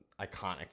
iconic